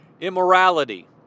immorality